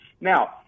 Now